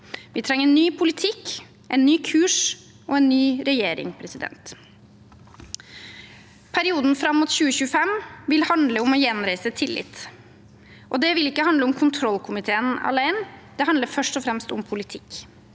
Vi trenger en ny politikk, en ny kurs og en ny regjering. Perioden fram mot 2025 vil handle om å gjenreise tillit, og det vil ikke handle om kontrollkomiteen alene; det handler først og fremst om politikk.